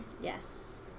Yes